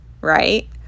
right